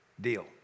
deal